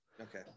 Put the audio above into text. Okay